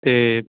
ਅਤੇ